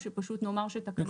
או שפשוט נאמר שתקנה?